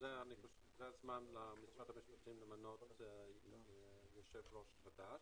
זה הזמן למנות יושב-ראש חדש.